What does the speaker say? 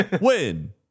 win